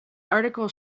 article